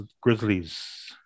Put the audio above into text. Grizzlies